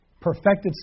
perfected